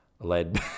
Lead